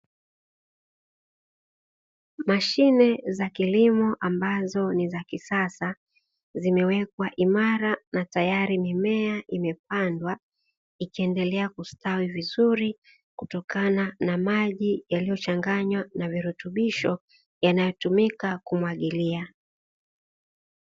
Mashine za kilimo ambazo ni za kisasa, zimewekwa imara na tayari mimea imepandwa, ikiendelea kustawi vizuri kutokana na maji yaliyochanganywa na virutubisho yanayotumika kumwagilia.